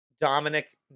Dominic